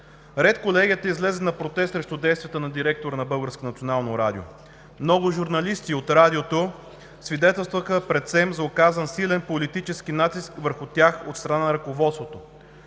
Редколегията излезе на протест срещу действията на директора на Българското национално радио. Много журналисти от Радиото свидетелстваха пред СЕМ за оказан силен политически натиск върху тях от страна на ръководството.